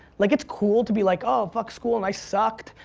like it's cool to be like oh fuck school and i sucked,